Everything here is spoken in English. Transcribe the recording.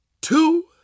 two